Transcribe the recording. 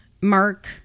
Mark